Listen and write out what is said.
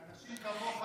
כי אנשים כמוך,